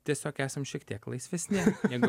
tiesiog esam šiek tiek laisvesni negu